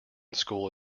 school